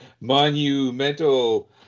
monumental